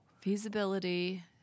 Feasibility